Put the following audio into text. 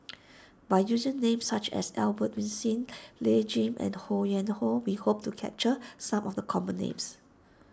by using names such as Albert Winsemius Lim Jay and Ho Yuen Hoe we hope to capture some of the common names